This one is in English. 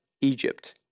Egypt